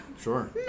sure